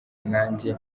nanjye